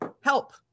help